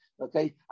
Okay